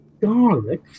garlic